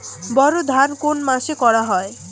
বোরো ধান কোন মাসে করা হয়?